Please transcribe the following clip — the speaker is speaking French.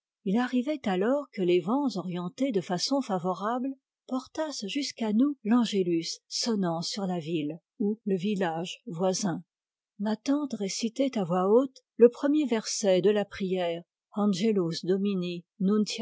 il arrivait alors que les vents orientés de jfaçon favorable portassent jusqu'à nous l'angelus sonnant sur la ville ou le village voisin ma tante récitait à voix haute le premier verset de la prière angelus domini